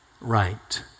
right